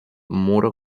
muro